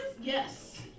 Yes